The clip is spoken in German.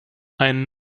einen